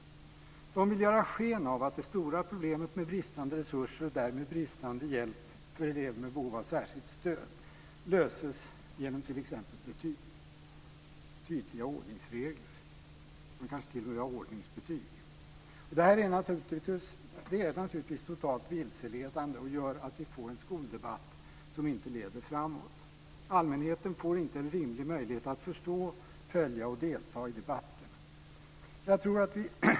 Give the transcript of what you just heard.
Kristdemokraterna vill ge sken av att det stora problemet med bristande resurser och därmed bristande hjälp för elever med behov av särskilt stöd löses genom t.ex. betyg och tydliga ordningsregler - man kanske t.o.m. vill ha ordningsbetyg. Det är naturligtvis totalt vilseledande och gör att vi får en skoldebatt som inte leder framåt. Allmänheten får inte en rimlig möjlighet att förstå, följa och delta i debatten.